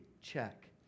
check